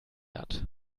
hat